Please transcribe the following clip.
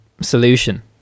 solution